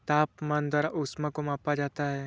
तापमान द्वारा ऊष्मा को मापा जाता है